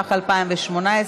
התשע"ח 2018,